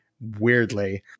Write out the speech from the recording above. weirdly